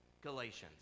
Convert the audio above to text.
Galatians